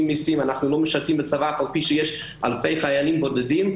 מסים ולא משרתים בצבא אף על פי שיש אלפי חיילים בודדים,